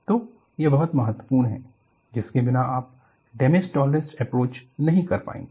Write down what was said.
तो यह बहुत महत्वपूर्ण है जिसके बिना आप डैमेज टॉलरेंस अप्रोच नहीं कर पाएंगे